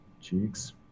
cheeks